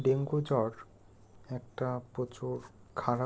dengue জ্বর একটা প্রচুর খারাপ